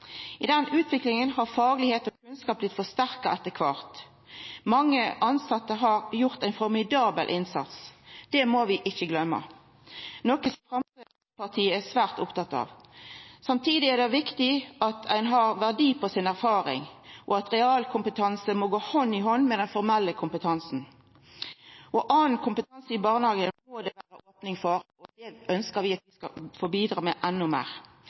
I den utviklinga har fagkunne og kunnskap blitt forsterka etter kvart. Mange tilsette har gjort ein formidabel innsats. Det må vi ikkje gløyma, og dette er noko som Framstegspartiet er svært opptatt av. Samtidig er det viktig at ein har verdi på erfaringa si, og at realkompetansen må gå hand i hand med den formelle kompetansen. Anna kompetanse i barnehagen må det òg vera opning for, og det ønskjer vi at ein skal få bidra med endå meir.